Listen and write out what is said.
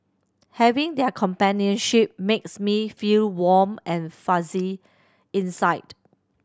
having their companionship makes me feel warm and fuzzy inside